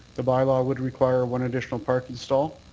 the bylaw would require one additional parking stall.